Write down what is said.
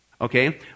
Okay